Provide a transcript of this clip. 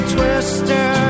Twister